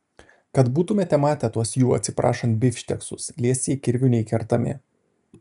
kad būtumėte matę tuos jų atsiprašant bifšteksus liesi kirviu neįkertami